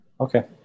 Okay